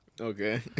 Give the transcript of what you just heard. Okay